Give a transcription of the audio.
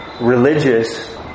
religious